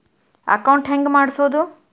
Account ಹೆಂಗ್ ಮಾಡ್ಸೋದು?